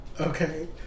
Okay